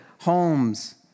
homes